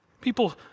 People